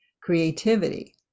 creativity